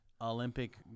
Olympic